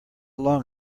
long